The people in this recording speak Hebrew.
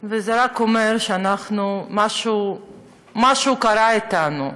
וזה רק אומר שמשהו קרה לנו.